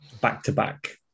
back-to-back